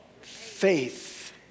faith